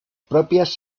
propias